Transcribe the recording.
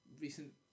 recent